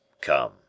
come